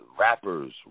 Rappers